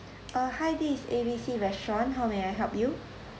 uh hi this is A B C restaurant how may I help you